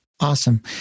Awesome